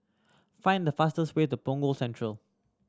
find the fastest way to Punggol Central